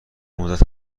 مدت